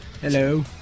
Hello